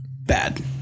Bad